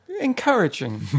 Encouraging